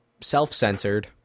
self-censored